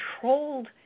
controlled